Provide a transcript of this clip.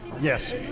Yes